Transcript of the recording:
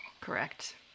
Correct